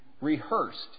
rehearsed